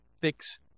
fix